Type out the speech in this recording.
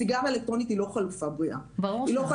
סיגריה אלקטרונית היא לא חלופה בריאה,